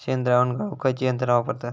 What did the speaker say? शेणद्रावण गाळूक खयची यंत्रणा वापरतत?